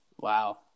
Wow